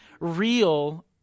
real